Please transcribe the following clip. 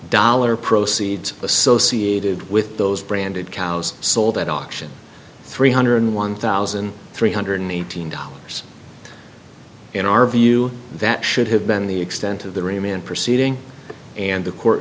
dollar proceeds associated with those branded cows sold at auction three hundred one thousand three hundred eighteen dollars in our view that should have been the extent of the remand proceeding and the court